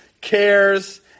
cares